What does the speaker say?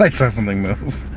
like saw something move.